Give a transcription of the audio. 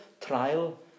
trial